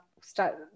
start